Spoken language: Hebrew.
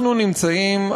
אנחנו נמצאים,